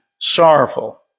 sorrowful